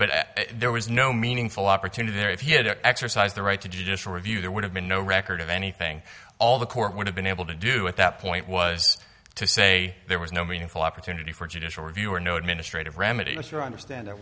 but there was no meaningful opportunity or if he had exercised the right to judicial review there would have been no record of anything all the court would have been able to do at that point was to say there was no meaningful opportunity for judicial review or no administrative remedy as you understand why there